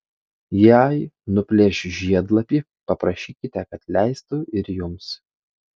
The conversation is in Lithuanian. jei nuplėš žiedlapį paprašykite kad leistų ir jums